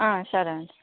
సరే అండి